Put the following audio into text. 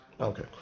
Okay